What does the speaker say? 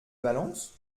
balance